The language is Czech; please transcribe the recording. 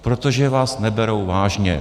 Protože vás neberou vážně.